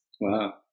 Wow